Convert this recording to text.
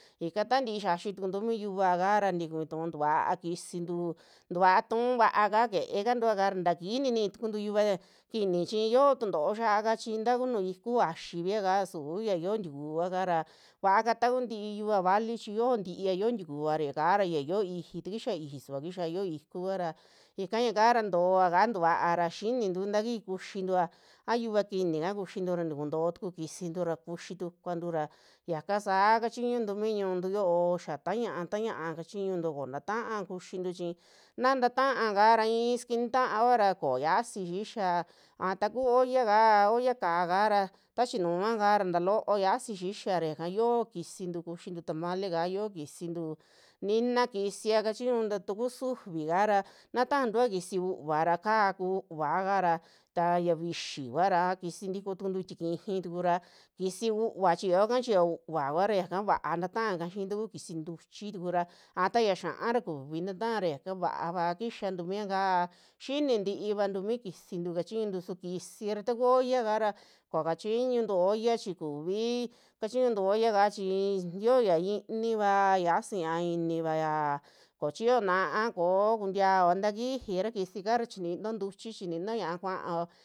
Ika tantii xiaxi tukuntu mii yuva kara tiku vituu tukuaa kisitu, tuvaa tu'u vaaka kee kantuaka takiji niini tukuntu yuva kini chi yoo tuntoo xiaka chi ntaa kunu iku vaxiviaka suu ya xio tikuu kuakara, vaaka takun tii yuva vali chi yoo ntiya, yio tikuva yaka ra xia yo'o ixiji takixa iji sua kixa yio iku kuara ika yaara toova kaa tukuaara xinintu ta kiji kuxintua, a yuva kinika kuxintu ntukuntoo tuku kisintu ra kuxi tukuntu ra xiaka sa'a kachiñuntu mi ñu'untu yoo xia ta ñia'a, ta ñia'a kachintu koo ta ta'a kuxinru chi naa ta ta'aka ra i'i sikitaora koo xiasi xixia a ta kuu ollaka, olla ka'aka ra tachinuu kaa ra taloo xiasi xixiara yaka yoo kisintu kuxintu tamale kaa, yoo kisintu nina kisia kachiñuntu taku sufi kara ta tajantua kisi u'uva ra kaa ku u'uvaka ra ta yia vixi kuara, a kisi ntiko tukuntu tijii tukura xisi u'uva chiyoaka chi ya u'uva uara yaka vaa ta ta'aka xii taku kisi ntuchi tuku ra, aa taya xia'a ra kuvi ta ta'ara yaka vaava kixantu mi yakaa xini ntivantu mi ksintu kachiñuntu, su kisira ta kuu ollaka ra ko'o kachiñuntu olla chi, kuvii kachiñuntu ollaka chi yioya i'ini vaa xiasi ña'a inivaya ko chiyo naa ko'o kuntiaoa tajiira kisika chininuo ntuchi, chininuo ñiaa kuao.